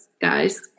guys